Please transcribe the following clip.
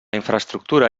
infraestructura